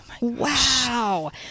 Wow